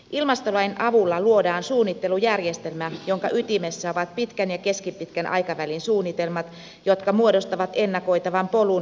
ilmastolain avulla luodaan suunnittelujärjestelmä jonka ytimessä ovat pitkän ja keskipitkän aikavälin suunnitelmat jotka muodostavat ennakoitavan polun päästöjen vähentämiselle